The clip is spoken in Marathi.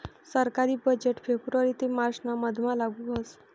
सरकारी बजेट फेब्रुवारी ते मार्च ना मधमा लागू व्हस